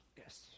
Yes